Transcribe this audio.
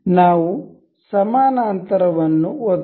ನಾವು ಸಮಾನಾಂತರವನ್ನು ಒತ್ತೋಣ